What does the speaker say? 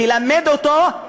תלמד אותו,